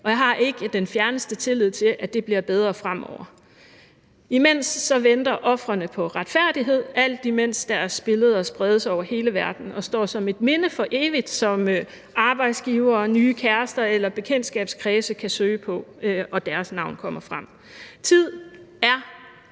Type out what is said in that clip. og jeg har ikke den fjerneste tillid til, at det bliver bedre fremover. Imens venter ofrene på retfærdighed, alt imens deres billeder spredes over hele verden og står som et minde for evigt, som arbejdsgivere, nye kærester eller bekendtskabskredse kan søge på, og deres navn kommer frem. Tid er